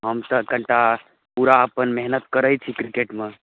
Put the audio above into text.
हम तऽ कनिटा पूरा अपन मेहनति करै छी किरकेटमे